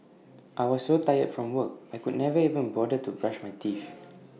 I was so tired from work I could never even bother to brush my teeth